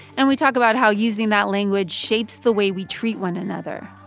and we talk about how using that language shapes the way we treat one another.